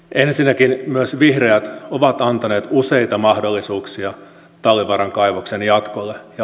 ensinnäkin myös vihreät ovat antaneet useita mahdollisuuksia talvivaaran kaivoksen jatkolle